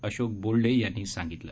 अशोक बोल्डे यांनी सांगितलं